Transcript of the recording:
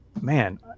Man